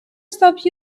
stopped